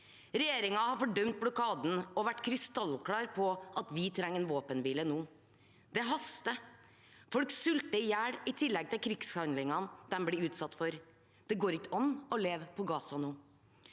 Regjeringen har fordømt blokaden og vært krystallklar på at vi trenger en våpenhvile nå. Det haster. Folk sulter i hjel, i tillegg til krigshandlingene de blir utsatt for. Det går ikke an å leve i Gaza nå.